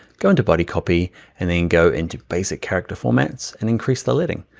go into body copy and then go into basic character formats and increase the leading.